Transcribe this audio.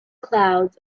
clouds